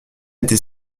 été